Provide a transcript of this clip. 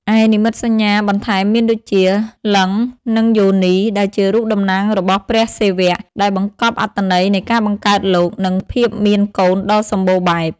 ឯនិមិត្តសញ្ញាបន្ថែមមានដូចជា លីង្គ និងយោនី ដែលជារូបតំណាងរបស់ព្រះសិវៈ ដែលបង្កប់អត្ថន័យនៃការបង្កើតលោក និងភាពមានកូនដ៏សម្បូរបែប។